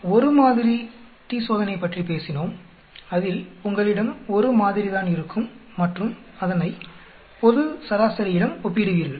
நாம் ஒரு மாதிரி t சோதனை பற்றி பேசினோம் அதில் உங்களிடம் ஒரு மாதிரி தான் இருக்கும் மற்றும் அதனை பொது சராசரியிடம் ஒப்பீடுவீர்கள்